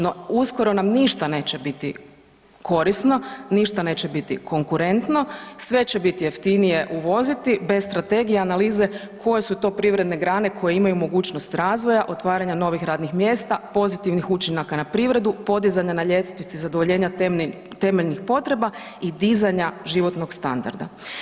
No, uskoro nam ništa neće biti korisno, ništa neće biti konkurentno, sve će biti jeftinije uvoziti bez strategije analize koje su to privredne grane koje imaju mogućnost razvoja, otvaranja novih radnih mjesta, pozitivnih učinaka na privredu, podizanja na ljestvici zadovoljenja temeljnih potreba i dizanja životnog standarda.